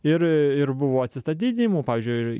ir ir buvo atsistatydinimų pavyzdžiui